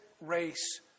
race